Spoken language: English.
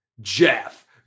Jeff